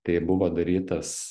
tai buvo darytas